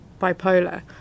bipolar